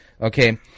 okay